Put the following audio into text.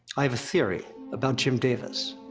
i have a theory about jim davis.